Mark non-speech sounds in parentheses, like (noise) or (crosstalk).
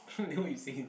(laughs) then what you saying